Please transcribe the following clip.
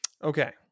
Okay